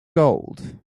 gold